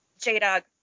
J-Dog